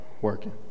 working